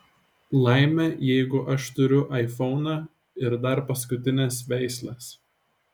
laimė jeigu aš turiu aifoną ir dar paskutinės veislės